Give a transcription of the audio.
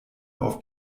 auf